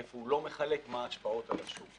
איפה הוא לא מחלק, מה ההשפעות על השוק.